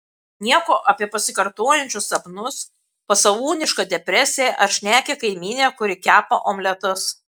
nieko apie pasikartojančius sapnus pasalūnišką depresiją ar šnekią kaimynę kuri kepa omletus